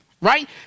right